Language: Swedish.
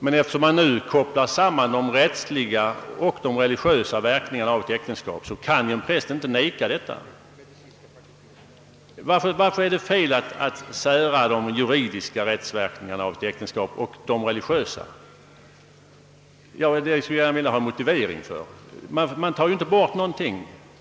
Eftersom man nu kopplar samman de rättsliga och de religiösa verkningarna av ett äktenskap kan han emellertid inte vägra vigsel. Varför är det felaktigt att sära de juridiska och de religiösa rättsverkningarna av ett äktenskap? Jag skulle gärna vilja ha en motivering för det. Man tar ju inte bort någonting.